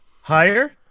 higher